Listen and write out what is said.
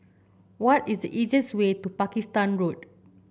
what is the easiest way to Pakistan Road